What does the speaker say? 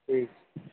ठीक